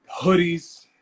hoodies